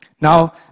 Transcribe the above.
Now